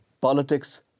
Politics